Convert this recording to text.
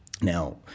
Now